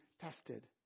tested